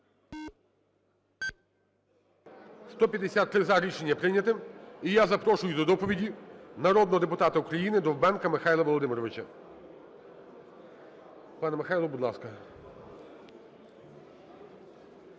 За-153 Рішення прийняте. І я запрошую до доповіді народного депутата України Довбенка Михайла Володимировича. Пане Михайле, будь ласка.